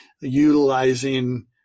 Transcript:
utilizing